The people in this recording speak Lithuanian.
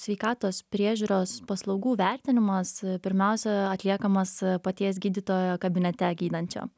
sveikatos priežiūros paslaugų vertinimas pirmiausia atliekamas paties gydytojo kabinete gydančio